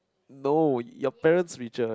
no your parent's richer